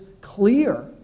clear